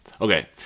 Okay